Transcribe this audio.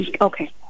Okay